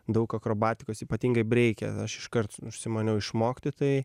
daug akrobatikos ypatingai breike aš iškart užsimaniau išmokti tai